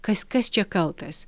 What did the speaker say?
kas kas čia kaltas